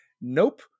Nope